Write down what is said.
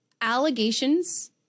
allegations